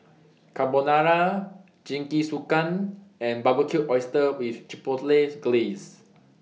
Carbonara Jingisukan and Barbecued Oysters with Chipotle Glaze